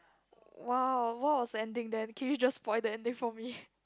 !wow! what was ending there the kiwi just point to ending for me